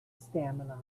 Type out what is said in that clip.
stamina